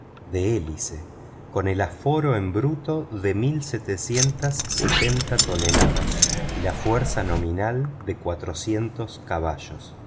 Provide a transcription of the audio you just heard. de hélice con el aforo en bruto de mil setecientas toneladas y la fuerza nominal de cuatrocientos caballos